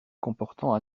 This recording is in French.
comportant